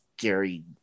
scary